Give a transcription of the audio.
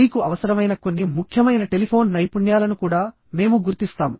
మీకు అవసరమైన కొన్ని ముఖ్యమైన టెలిఫోన్ నైపుణ్యాలను కూడా మేము గుర్తిస్తాము